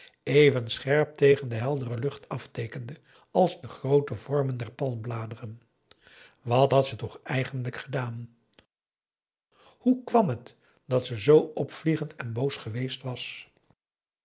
even scherp tegen de heldere lucht afteekende als de groote vormen der palmbladeren wat had ze toch eigenlijk gedaan p a daum de van der lindens c s onder ps maurits hoe kwam het dat ze zoo opvliegend en boos geweest was